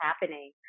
happening